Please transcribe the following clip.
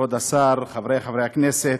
כבוד השר, חברי חברי הכנסת,